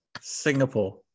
Singapore